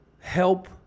help